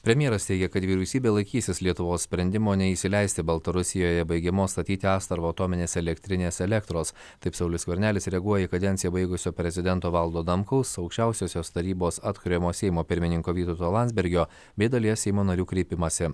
premjeras teigia kad vyriausybė laikysis lietuvos sprendimo neįsileisti baltarusijoje baigiamos statyti astravo atominės elektrinės elektros taip saulius skvernelis reaguoja į kadenciją baigusio prezidento valdo adamkaus aukščiausiosios tarybos atkuriamo seimo pirmininko vytauto landsbergio bei dalies seimo narių kreipimąsi